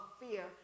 fear